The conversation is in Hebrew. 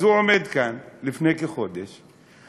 אז הוא עומד כאן לפני כחודש ואומר: